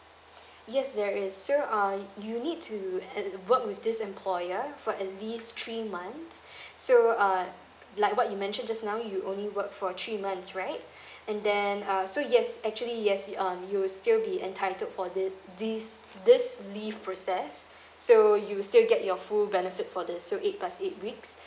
yes there is so um you need to uh work with this employer for at least three months so uh like what you mention just now you only work for three months right and then uh so yes actually yes um you'll still be entitled for the this this leave process so you still get your full benefit for this so eight plus eight weeks